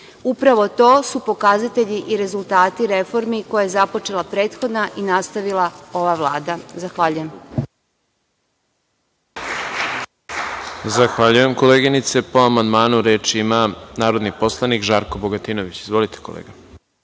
0,5%.Upravo to su pokazatelji i rezultati reformi koje je započela prethodna i nastavila ova Vlada. Zahvaljujem.